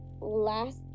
last